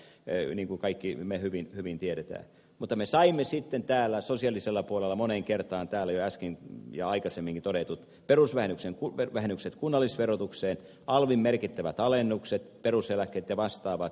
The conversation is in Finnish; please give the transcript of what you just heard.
niin kuin kaikki me hyvin tiedämme mutta me saimme sitten sosiaalisella puolella moneen kertaan täällä jo äsken ja aikaisemminkin todetut perusvähennykset kunnallisverotukseen alvin merkittävät alennukset peruseläkkeet ja vastaavat